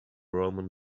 roman